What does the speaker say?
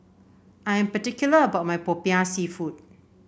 I am particular about my Popiah seafood